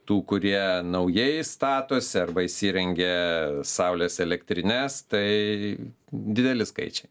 tų kurie naujai statosi arba įsirengia saulės elektrines tai dideli skaičiai